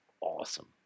awesome